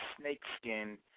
snakeskin